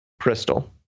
Crystal